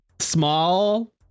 small